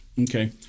Okay